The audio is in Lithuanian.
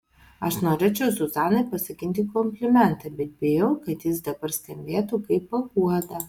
aš norėčiau zuzanai pasakyti komplimentą bet bijau kad jis dabar skambėtų kaip paguoda